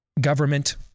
government